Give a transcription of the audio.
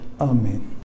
Amen